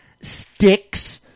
Sticks